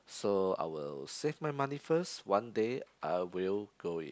so I will save my money first one day I will go it